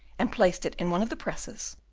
and placed it in one of the presses,